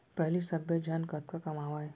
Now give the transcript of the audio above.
पहिली सब्बे झन कतका कमावयँ